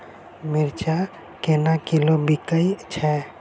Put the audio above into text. मिर्चा केना किलो बिकइ छैय?